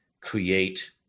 create